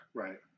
right